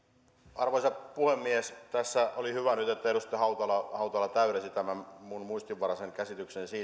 arvoisa puhemies oli hyvä että edustaja hautala hautala täydensi tässä tämän minun muistinvaraisen käsitykseni